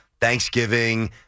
Thanksgiving